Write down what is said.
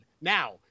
now